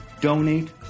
donate